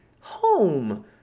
home